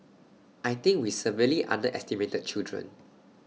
I think we severely underestimate children